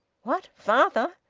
what? father?